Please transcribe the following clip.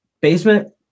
Basement